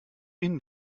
ihnen